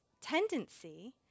tendency